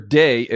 day